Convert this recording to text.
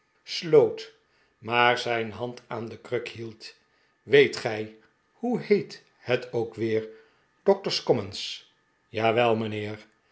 sloot maar zijn hand aan de kruk hield weet gij hoe heet het ook weer doctor's commons jawel